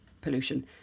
pollution